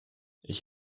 ich